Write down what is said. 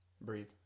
breathe